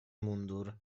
mundur